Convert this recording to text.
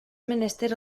menester